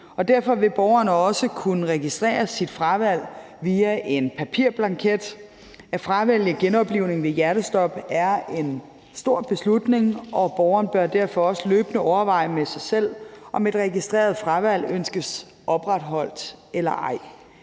Derfor vil borgerne også kunne registrere deres fravalg via en papirblanket. At fravælge genoplivning ved hjertestop er en stor beslutning, og borgeren bør derfor også løbende overveje med sig selv, om et registreret fravalg ønskes opretholdt eller ej.